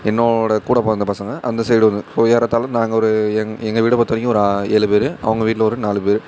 என்னோடு கூட பிறந்த பசங்கள் அந்த சைடு ஒன்று ஸோ ஏறத்தாழ நாங்கள் ஒரு எங் எங்கள் வீட்டை பொறுத்தவரைக்கும் ஒரு ஆ ஏழு பேர் அவங்க வீட்டில் ஒரு நாலு பேர்